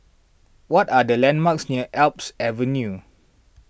what are the landmarks near Alps Avenue